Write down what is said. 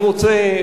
אני רוצה,